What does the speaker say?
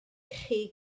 chi